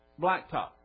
blacktop